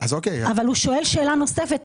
הוא שואל שאלה נוספת,